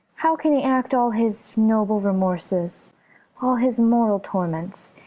how can he act all his noble remorses all his moral torments,